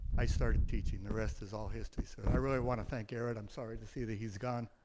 i started teaching. the rest is all history, so i really want to thank eric, i'm sorry to see that he's gone.